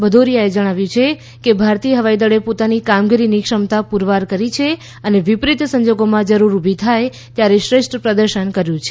ભદૌરીયાએ જણાવ્યું છે કે ભારતીય હવાઈદળે પોતાની કામગીરીની ક્ષમતા પૂરવાર કરી છે અને વિપરીત સંજોગોમાં જરૂર ઊભી થાય ત્યારે શ્રેષ્ઠ પ્રદર્શન કર્યું છે